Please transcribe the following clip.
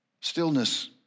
Stillness